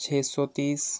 छः सौ तीस